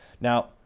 now